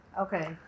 Okay